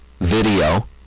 video